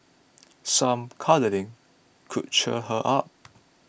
some cuddling could cheer her up